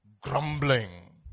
grumbling